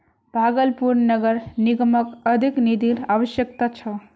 भागलपुर नगर निगमक अधिक निधिर अवश्यकता छ